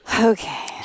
Okay